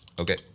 Okay